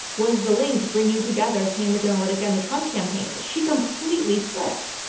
was the link bringing together cambridge analytica and the trump campaign. she completely flipped.